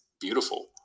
beautiful